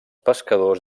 pescadors